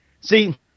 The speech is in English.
see